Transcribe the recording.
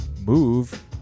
move